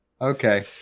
Okay